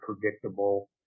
predictable